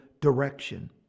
direction